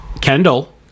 Kendall